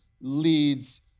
leads